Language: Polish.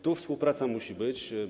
Tu współpraca musi być.